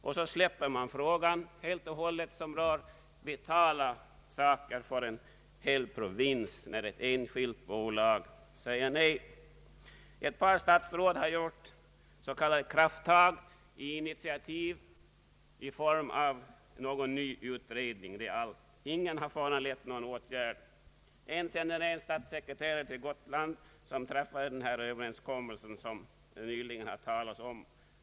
När ett enskilt bolag säger nej, släpper man helt och hållet denna fråga, som rör vitala problem för en hel provins. Ett par statsråd har gjort s.k. krafttag genom initiativ i form av någon ny utredning. Det är allt. Ingen utredning har föranlett någon åtgärd. En kommunikationsminister sände en statssekreterare till Gotland och han träffade den överenskommelse som det nyligen har talats om.